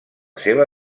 seva